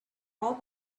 all